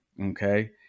okay